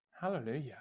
hallelujah